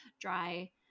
dry